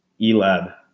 ELAB